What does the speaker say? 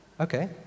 okay